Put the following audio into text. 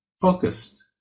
focused